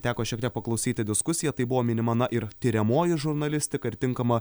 teko šiek tiek paklausyti diskusiją tai buvo minima na ir tiriamoji žurnalistika ir tinkama